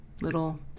little